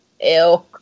Ew